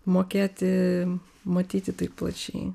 mokėti matyti taip plačiai